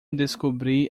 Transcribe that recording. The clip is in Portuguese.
descobri